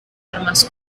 armas